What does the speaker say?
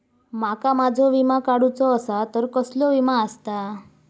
माका माझो विमा काडुचो असा तर कसलो विमा आस्ता?